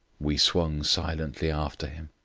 we swung silently after him.